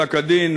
פסק-הדין